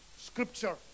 scripture